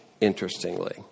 interestingly